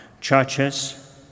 churches